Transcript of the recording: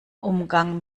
umgang